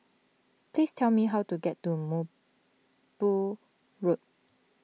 please tell me how to get to Mubu Road